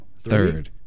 Third